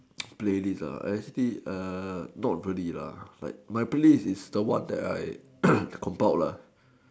playlist actually not really my playlist is the one that I comb out